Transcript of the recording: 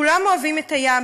כולם אוהבים את הים.